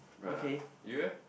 got ah you eh